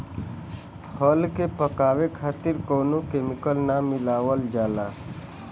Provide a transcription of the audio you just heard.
फल के पकावे खातिर कउनो केमिकल ना मिलावल जाला